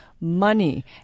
Money